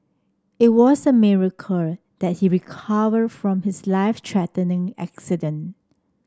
it was a miracle that he recover from his life threatening accident